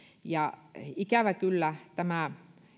ja ikävä kyllä tämä